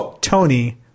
Tony